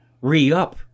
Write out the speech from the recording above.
re-up